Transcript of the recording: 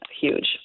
huge